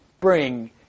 bring